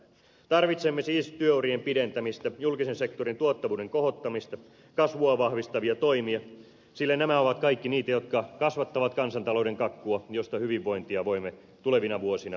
tarvitsemme siis työurien pidentämistä julkisen sektorin tuottavuuden kohottamista kasvua vahvistavia toimia sillä nämä ovat kaikki niitä jotka kasvattavat kansantalouden kakkua josta hyvinvointia voimme tulevina vuosina ammentaa